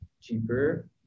cheaper